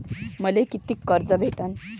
मले कितीक कर्ज भेटन?